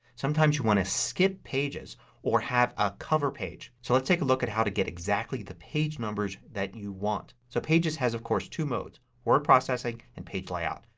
sometimes you want to skip pages or have a cover page. so let's take a look at how to get exactly the page numbers that you want. so pages has, of course, two modes. word processing and page layout.